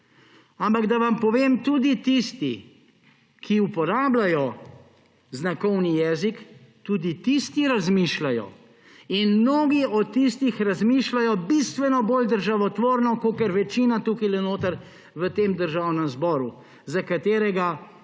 Ampak da vam povem, tudi tisti, ki uporabljajo znakovni jezik, tudi tisti razmišljajo in mnogi od tistih razmišljajo bistveno bolj državotvorno kakor večina tukajle notri v tem državnem zboru, za katerega vedno